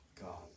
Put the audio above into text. God